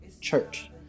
church